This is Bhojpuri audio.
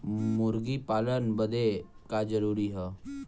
मुर्गी पालन बदे का का जरूरी ह?